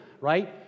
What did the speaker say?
right